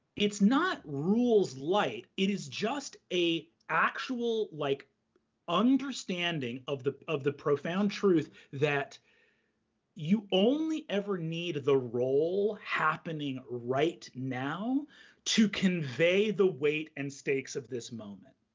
it's not rules light it is just a actual like understanding of the of the profound truth that you only ever need the role happening right now to convey the weight and stakes this moment,